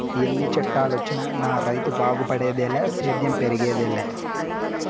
ఎన్ని చట్టాలొచ్చినా నా రైతు బాగుపడేదిలే సేద్యం పెరిగేదెలా